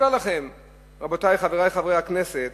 רבותי, חברי חברי הכנסת,